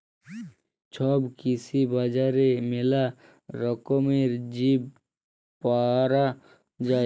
ছব কৃষি বাজারে মেলা রকমের বীজ পায়া যাই